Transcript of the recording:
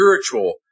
spiritual